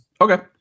Okay